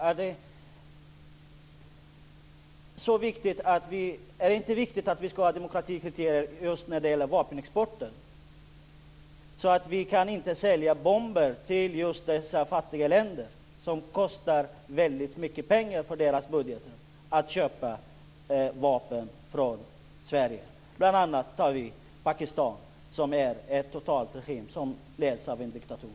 Är det inte viktigt att vi ska ha demokratikriterier just när det gäller vapenexporten, så att vi inte kan sälja bomber till dessa fattiga länder? Det kostar väldigt mycket i deras budgetar att köpa vapen från Sverige. Det gäller bl.a. Pakistan, som är en totalitär regim som leds av en diktator.